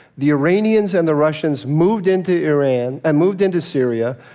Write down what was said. the iranians and the russians moved into iran and moved into syria.